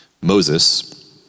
Moses